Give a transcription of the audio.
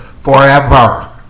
Forever